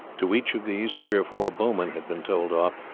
to each of these three or four bowmen had been told off,